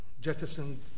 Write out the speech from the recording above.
jettisoned